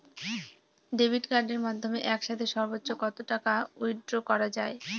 Debit কার্ডের মাধ্যমে একসাথে সর্ব্বোচ্চ কত টাকা উইথড্র করা য়ায়?